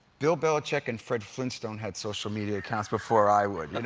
bill belichick and fred flynn stone had social media accounts before i would.